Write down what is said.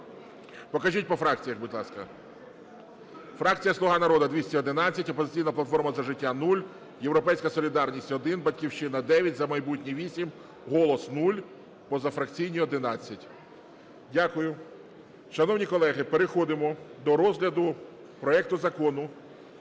Покажіть по фракціях, будь ласка. Фракція "Слуга народу" – 211, "Опозиційна платформа – За життя" – 0, "Європейська солідарність" – 1, "Батьківщина" – 9, "За майбутнє" – 8, "Голос" – 0, позафракційні – 11. Дякую. Шановні колеги! Переходимо до розгляду проекту Закону